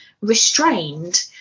restrained